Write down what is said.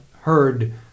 heard